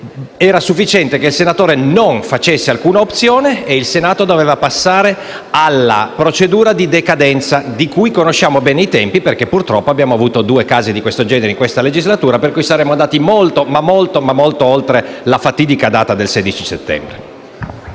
stato sufficiente che il senatore non facesse alcuna opzione. Così facendo, infatti, il Senato sarebbe dovuto passare alla procedura di decadenza, di cui conosciamo bene i tempi perché - purtroppo - abbiamo avuto due casi di questo genere in questa legislatura. Pertanto, saremmo andati molto, ma molto oltre la fatidica data del 16 settembre.